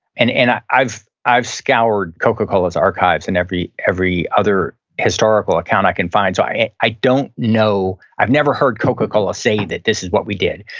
and and i've i've scoured coca-cola's archives and every every other historical account i can find, so i and i don't know, i've never heard coca-cola say that, this is what we did,